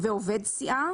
עובד סיעה